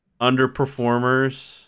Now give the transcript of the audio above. underperformers